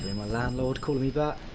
my landlord calling me back.